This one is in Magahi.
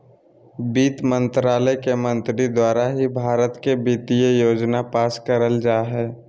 वित्त मन्त्रालय के मंत्री द्वारा ही भारत के वित्तीय योजना पास करल जा हय